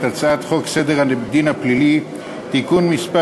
הצעת חוק סדר הדין הפלילי (תיקון מס'